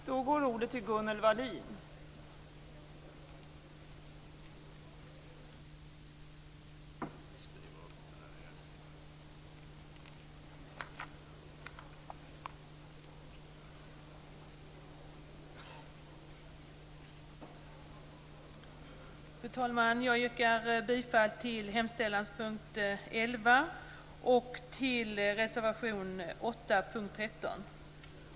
Fru talman! Jag yrkar bifall till hemställanspunkt 11 och till reservation 8 under mom. 13.